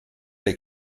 der